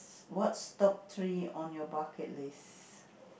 what's top three on your bucket list~